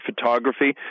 photography